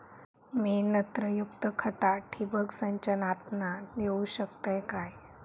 मी नत्रयुक्त खता ठिबक सिंचनातना देऊ शकतय काय?